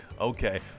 Okay